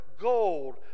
gold